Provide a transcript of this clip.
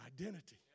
identity